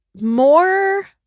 more